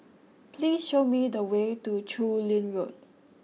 please show me the way to Chu Lin Road